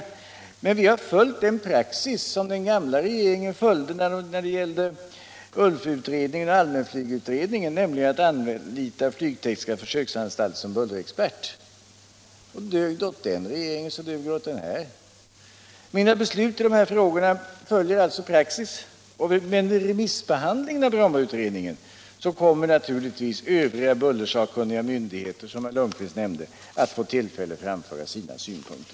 Vi har emellertid följt den praxis som den gamla regeringen följde när det gällde ULF-utredningen och allmänna flygutredningen, nämligen att anlita flygtekniska försöksanstalten som bullerexpert. Dög detta åt den regeringen, så duger det åt den här. Mina beslut i dessa frågor följer alltså praxis. Vid remissbehandlingen av Brommautredningen kommer naturligtvis övriga bullersakkunniga myndigheter som herr Lundkvist nämnde att få tillfälle att framföra sina synpunkter.